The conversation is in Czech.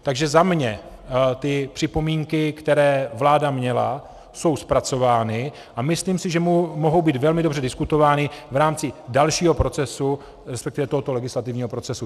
Takže za mě ty připomínky, které vláda měla, jsou zpracovány a myslím si, že mohou být velmi dobře diskutovány v rámci dalšího procesu, respektive tohoto legislativního procesu.